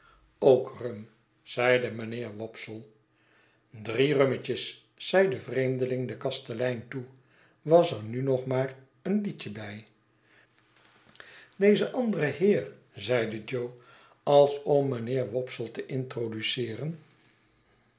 rum zeide mijnheer wopsle drie rummetjes riep de vreemdeling den kastelein toe was er nu nog maar een liedje by deze andere heer zeide jo als om mijnheer wopsle te introduceeren